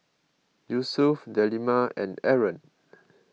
Yusuf Delima and Aaron